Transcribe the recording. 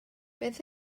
beth